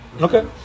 Okay